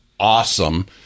awesome